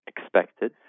expected